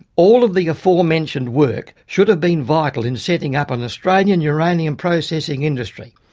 all of the aforementioned work should have been vital in setting up an australian uranium processing industry.